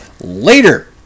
Later